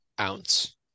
ounce